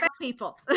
people